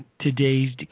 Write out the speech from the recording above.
Today's